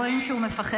רואים שהוא מפחד.